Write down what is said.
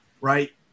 right